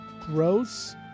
gross